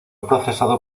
procesado